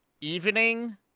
evening